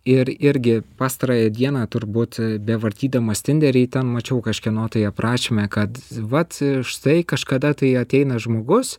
ir irgi pastarąją dieną turbūt bevartydamas tenderį ten mačiau kažkieno tai aprašyme kad vat štai kažkada tai ateina žmogus